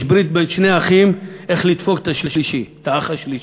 יש ברית בין שני אחים איך לדפוק את האח השלישי.